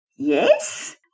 Yes